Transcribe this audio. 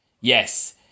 yes